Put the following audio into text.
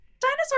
dinosaur